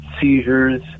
seizures